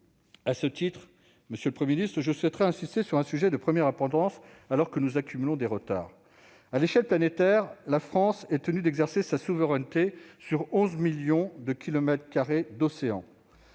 propositions. À ce titre, je souhaiterais insister sur un sujet de première importance, alors que nous cumulons des retards. À l'échelle planétaire, la France est tenue d'exercer sa souveraineté sur 11 millions de kilomètres carrés d'océan.